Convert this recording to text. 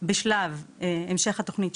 ברמת בשלב המשך התוכנית,